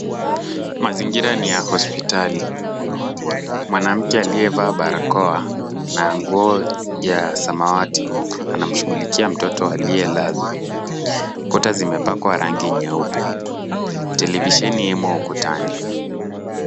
Mazingira ni ya hospitali. Mwanamke aliyevaa barakao na nguo ya samawati anamshughulikia mtoto aliyelazwa. Kuta zimepakwa rangi nyeupe. Televisheni imo ukutani.